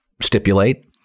stipulate